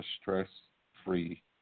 stress-free